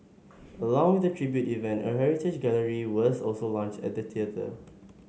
along with the tribute event a heritage gallery was also launched at the theatre